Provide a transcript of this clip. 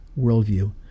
worldview